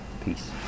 peace